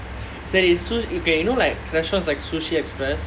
it's like it suits okay you know like restaurants like Sushi Express